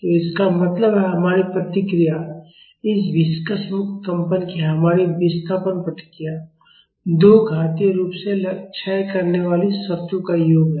तो इसका मतलब है हमारी प्रतिक्रिया इस विस्कस मुक्त कंपन की हमारी विस्थापन प्रतिक्रिया दो घातीय रूप से क्षय करने वाली शर्तों का योग है